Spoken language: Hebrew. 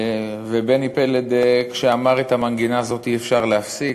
ובני פלד, כשאמר "את המנגינה הזאת אי-אפשר להפסיק,